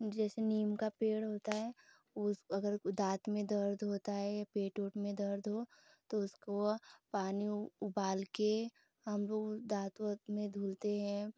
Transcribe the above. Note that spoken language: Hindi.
जैसे नीम का पेड़ होता है उस अगर दाँत में दर्द होता है या पेट उट में दर्द हो तो उसको वह पानी उबालकर हमलोग दाँत वाँत में धुलते हैं